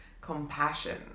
compassion